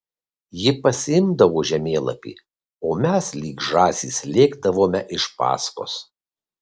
ji pasiimdavo žemėlapį o mes lyg žąsys lėkdavome iš paskos